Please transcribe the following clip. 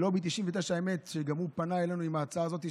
לובי 99 גם הוא פנה אלינו עם ההצעה הזאת,